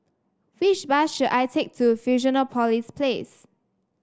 which bus should I take to Fusionopolis Place